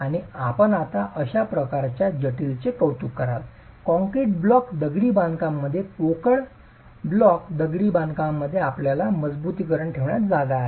आणि आपण आता अशा प्रकारच्या जटिलतेचे कौतुक कराल कॉंक्रेट ब्लॉक दगडी बांधकाम मध्ये पोकळ ब्लॉक दगडी बांधकामामध्ये आपल्याकडे मजबुतीकरण ठेवण्यासाठी जागा आहे